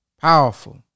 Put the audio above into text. Powerful